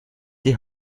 die